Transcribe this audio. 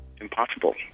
impossible